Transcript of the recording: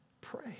Pray